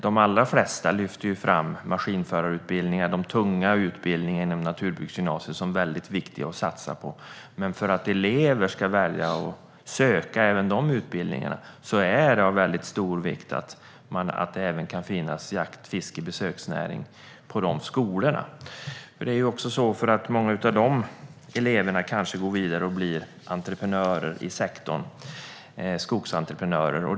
De allra flesta lyfter ju fram maskinförarutbildningen, den tunga utbildningen inom naturbruksgymnasiet, som väldigt viktig att satsa på. Men för att elever ska välja att söka utbildning även i jakt, fiske och besöksnäring är det av stor vikt att dessa inriktningar kan finnas på de skolorna, för många av eleverna kanske går vidare och blir entreprenörer i skogssektorn.